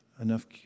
enough